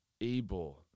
able